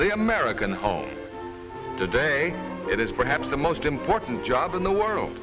the american home today it is perhaps the most important job in the world